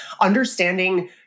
Understanding